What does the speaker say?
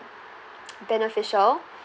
beneficial